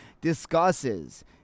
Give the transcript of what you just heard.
discusses